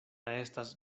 estas